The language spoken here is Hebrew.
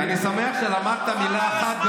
אני אומר לכם עכשיו,